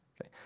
okay